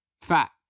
fat